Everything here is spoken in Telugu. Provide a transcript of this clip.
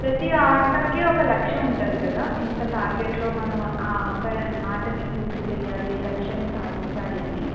ప్రతి ఆటకి ఒక లక్ష్యం ఉంటుంది కదా ఇంత టార్గెట్లో మనం ఆటని పూర్తి చెయ్యాలి లక్ష్యాన్ని సాధించాలి అని